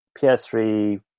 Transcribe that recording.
PS3